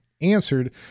answered